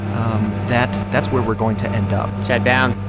um that that's where we're going to end up chad bown,